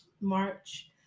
march